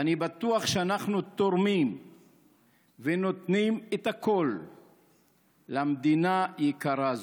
ואני בטוח שאנחנו תורמים ונותנים את הכול למדינה יקרה זו,